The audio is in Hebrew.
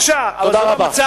בבקשה, אבל זה לא המצב.